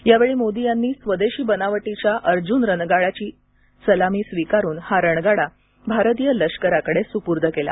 यावेळी मोदी यांनी स्वदेशी बनावटीच्या अर्जुन रणगाड्याची सलामी स्वीकारून हा रणगाडा भारतीय लष्कराकडे सुपूर्द केला